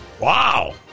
wow